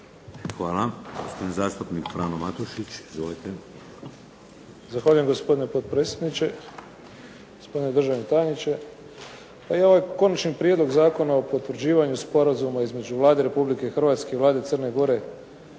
Izvolite. **Matušić, Frano (HDZ)** Zahvaljujem gospodine potpredsjedniče, gospodine državni tajniče. Pa i ovaj Konačni prijedlog Zakona o potvrđivanju sporazuma između Vlade Republike Hrvatske i Vlade Crne Gore